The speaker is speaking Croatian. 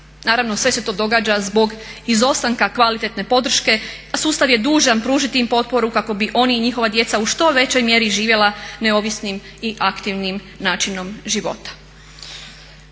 naravno sve se to događa zbog izostanka kvalitetne podrške, a sustav je dužan pružiti im potporu kako bi oni i njihova djeca u što većoj mjeri živjela neovisnim i aktivnim načinom života.